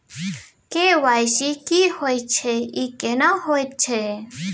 KYC की होय छै, ई केना होयत छै?